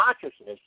consciousness